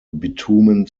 bitumen